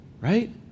right